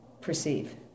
perceive